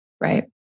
right